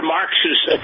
Marxist